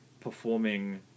performing